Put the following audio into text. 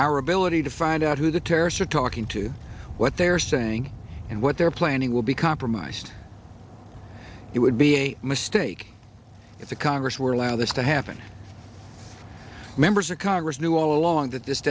our ability to find out who the terrorists are talking to what they are saying and what they're planning will be compromised it would be a mistake if the congress were allow this to happen members of congress knew all along that this